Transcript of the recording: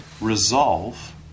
resolve